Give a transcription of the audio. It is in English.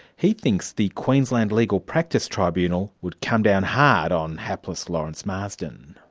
he thinks the queensland legal practice tribunal would come down hard on hapless lawrence marsden.